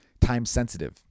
time-sensitive